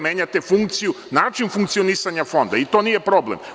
Menjate funkciju, način funkcionisanja Fonda, i to nije problem.